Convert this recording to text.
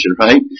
right